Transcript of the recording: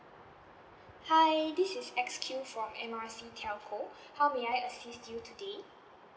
hi this is X_Q from M R C telco how may I assist you today